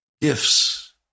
gifts